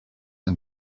and